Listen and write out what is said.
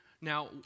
Now